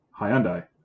Hyundai